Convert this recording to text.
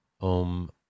Om